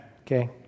Okay